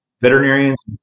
veterinarians